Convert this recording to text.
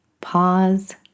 Pause